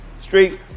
straight